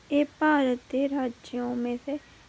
एह् भारत दे राज्यें चा